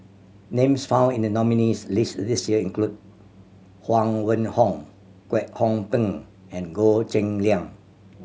names found in the nominees' list this year include Huang Wenhong Kwek Hong Png and Goh Cheng Liang